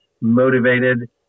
motivated